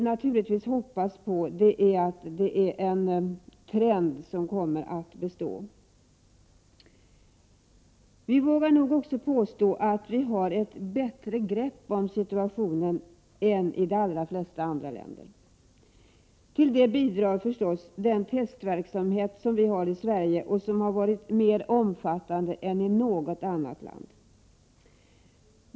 Naturligtvis hoppas vi dock att den här trenden skall bestå. Vi vågar nog också påstå att vi i Sverige har ett bättre grepp om situationen än man har i de flesta andra länder. Till det bidrar förstås den testverksamhet som vi har i Sverige och som har varit mer omfattande än sådan verksamhet varit i något annat land.